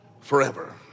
forever